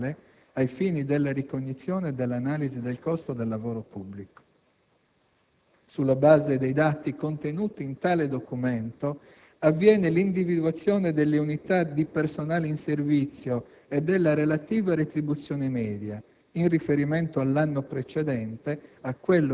che rappresenta il documento contabile fondamentale ai fini della ricognizione e dell'analisi del costo del lavoro pubblico. Sulla base dei dati contenuti in tale documento avviene l'individuazione delle unità di personale in servizio e della relativa retribuzione media,